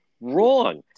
Wrong